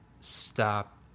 stop